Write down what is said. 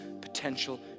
potential